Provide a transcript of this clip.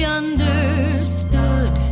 understood